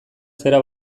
zera